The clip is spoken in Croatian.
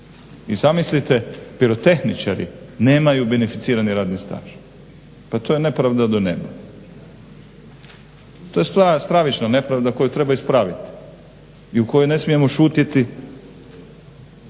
I zamislite pirotehničari nemaju beneficirani radni staž. Pa to je nepravda do neba, to je stravična nepravda koju treba ispraviti i o kojoj ne smijemo šutjeti.